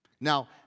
Now